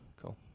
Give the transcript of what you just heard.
Cool